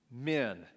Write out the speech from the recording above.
men